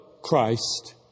Christ